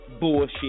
bullshit